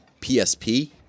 PSP